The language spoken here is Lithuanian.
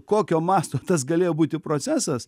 kokio masto tas galėjo būti procesas